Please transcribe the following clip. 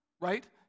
right